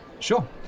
Sure